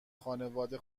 خانوادم